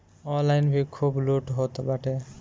online भी खूब लूट होत बाटे